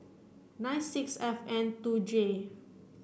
nine six F N two J